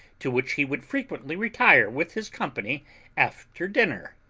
to which he would frequently retire with his company after dinner.